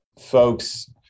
folks